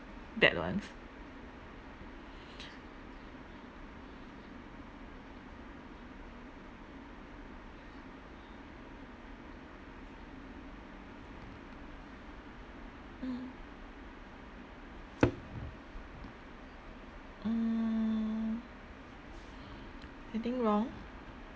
bad ones mm mm I think wrong